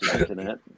internet